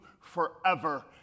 forever